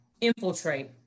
infiltrate